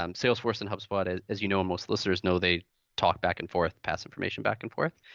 um salesforce and hubspot, as as you know, and most listeners know, they talk back and forth, pass information back and forth.